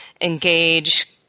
engage